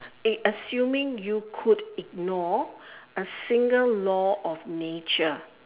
eh assuming you could ignore a single law of nature